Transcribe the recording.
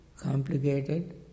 complicated